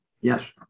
Yes